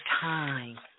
time